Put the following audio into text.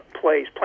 plays